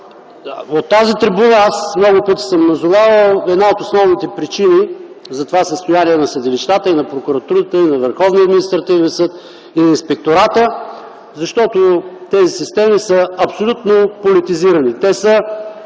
От тази трибуна аз много пъти съм назовавал основните причини за това състояние на съдилищата, на прокуратурата, на Върховния административен съд и на Инспектората. Защото тези системи са абсолютно политизирани. Те са